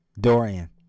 Dorian